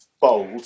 bold